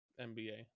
nba